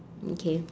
okay